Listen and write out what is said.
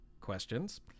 questions